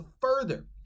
further